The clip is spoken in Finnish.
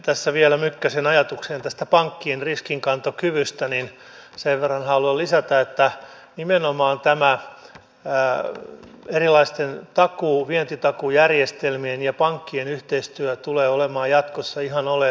tässä vielä mykkäsen ajatukseen tästä pankkien riskinkantokyvystä sen verran haluan lisätä että nimenomaan tämä erilaisten vientitakuujärjestelmien ja pankkien yhteistyö tulee olemaan jatkossa ihan oleellista